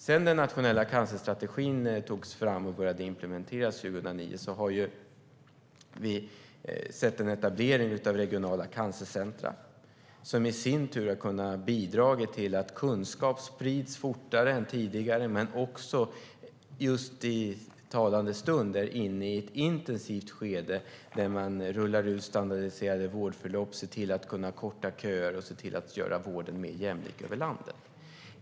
Sedan den nationella cancerstrategin togs fram och började implementeras 2009 har vi sett en etablering av regionala cancercentrum som i sin tur har kunna bidra till att kunskap sprids fortare än tidigare. I talande stund är man också inne i ett intensivt skede där man rullar ut standardiserade vårdförlopp, ser till att kunna korta köer och ser till att göra vården mer jämlik över landet.